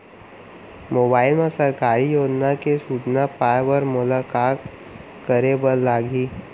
mobile मा सरकारी योजना के सूचना पाए बर मोला का करे बर लागही